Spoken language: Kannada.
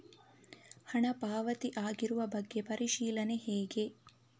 ಹಣ ಪಾವತಿ ಆಗಿರುವ ಬಗ್ಗೆ ಪರಿಶೀಲನೆ ಹೇಗೆ?